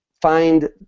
find